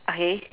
ah K